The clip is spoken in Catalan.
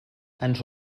ens